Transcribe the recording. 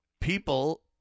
People